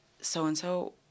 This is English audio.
so-and-so